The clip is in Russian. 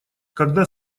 когда